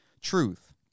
truth